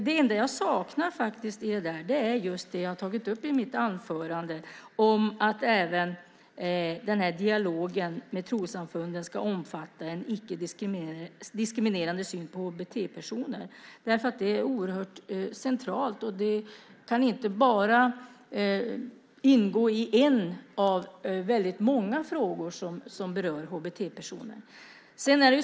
Det enda jag saknar faktiskt är just det jag har tagit upp i mitt anförande om att även den här dialogen med trossamfunden ska omfatta en icke diskriminerande syn på HBT-personer. Det är oerhört centralt. Det kan inte bara ingå i en av väldigt många frågor som berör HBT-personer.